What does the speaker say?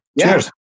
Cheers